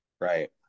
right